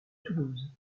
toulouse